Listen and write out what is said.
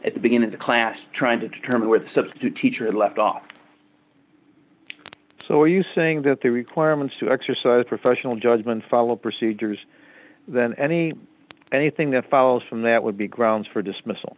at the beginning the class trying to determine where the substitute teacher had left off so are you saying that the requirements to exercise professional judgment follow procedures than any anything that follows from that would be grounds for dismiss